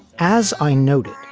as i noted,